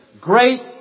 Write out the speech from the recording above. Great